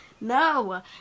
No